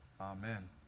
Amen